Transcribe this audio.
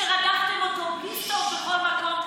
שרדפתם אותו בלי סוף בכל מקום,